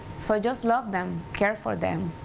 so just love them, care for them,